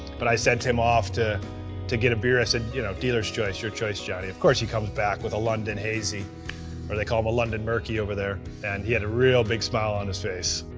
but i sent him off to to get a beer, i said you know dealer's choice, your choice, jonny. of course he comes back with a london hazy or they call them, a london murky over there. and he had a real big smile on his face.